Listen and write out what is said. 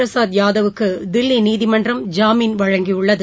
பிரசாத் யாதவுக்கு தில்லி நீதிமன்றம் ஜாமீன் வழங்கியுள்ளது